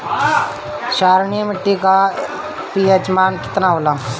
क्षारीय मीट्टी का पी.एच मान कितना ह?